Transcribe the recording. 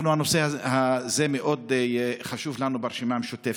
הנושא הזה מאוד חשוב לנו ברשימה המשותפת.